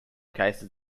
cases